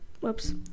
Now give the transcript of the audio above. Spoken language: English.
whoops